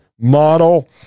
model